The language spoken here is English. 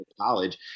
college